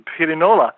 Pirinola